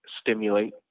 stimulate